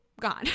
gone